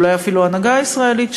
אולי אפילו ההנהגה הישראלית,